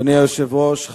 אדוני היושב-ראש,